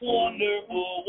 wonderful